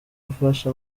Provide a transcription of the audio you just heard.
gufasha